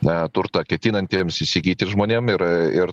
na turtą ketinantiems įsigyti žmonėm ir ir